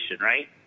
right